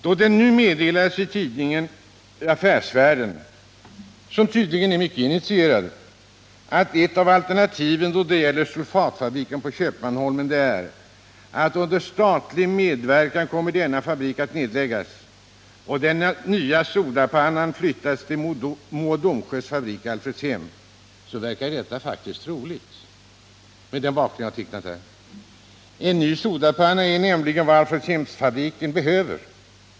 Då det nu meddelas i tidskriften Affärsvärlden — som tydligen är mycket initierad — att ett av alternativen då det gäller sulfatfabriken på Köpmanholmen är, att denna fabrik under statlig medverkan kommer att nedläggas och den nya sodapannan flyttas till Mo och Domsjös fabrik i Alfredshem, verkar detta troligt mot den bakgrund jag angivit. En ny sodapanna är nämligen vad Alfredshemsfabriken behöver.